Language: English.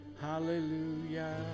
Hallelujah